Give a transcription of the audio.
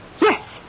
Yes